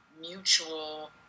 mutual